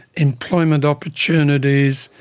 employment opportunities,